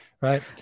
right